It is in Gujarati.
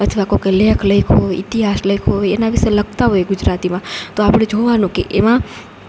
અથવા કોઈકે લેખ લખ્યો હોય ઈતિહાસ લખ્યો હોય એના વિશે લખતા હોય ગુજરાતીમાં તો આપણે જોવાનું કે એમાં